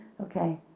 Okay